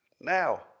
now